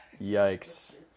Yikes